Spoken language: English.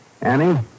Annie